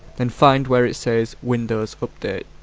then find where it says windows update.